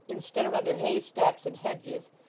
instead of under haystacks and hedges,